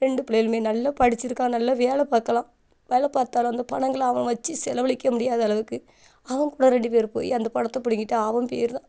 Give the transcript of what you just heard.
ரெண்டு பிள்ளையுலுமே நல்ல படிச்சிருக்கான் நல்ல வேலை பார்க்கலாம் வேலை பார்த்தாலும் அந்த பணங்களைஅவன் வச்சு செலவழிக்க முடியாத அளவுக்கு அவன் கூட ரெண்டு பேர் போய் அந்த பணத்தை பிடிங்கிட்டு அவன் போயிறான்